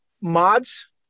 Mods